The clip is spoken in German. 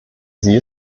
sie